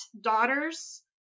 daughters